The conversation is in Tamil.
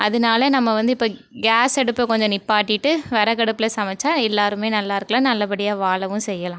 அதனால நம்ம வந்து இப்போ கேஸ் அடுப்பை கொஞ்சம் நிப்பாட்டிவிட்டு விறகடுப்புல சமைத்தா எல்லாேருமே நல்லா இருக்கலாம் நல்லபடியாக வாழவும் செய்யலாம்